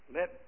Let